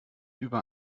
über